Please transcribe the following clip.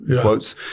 quotes